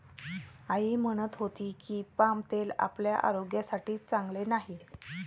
आई म्हणत होती की, पाम तेल आपल्या आरोग्यासाठी चांगले नाही